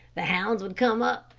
the hounds would come up,